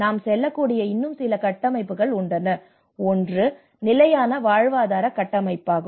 நாம் செல்லக்கூடிய இன்னும் சில கட்டமைப்புகள் உள்ளன ஒன்று நிலையான வாழ்வாதார கட்டமைப்பாகும்